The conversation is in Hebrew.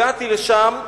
הגעתי לשם,